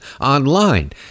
online